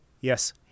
Yes